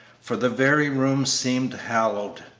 for the very room seemed hallowed,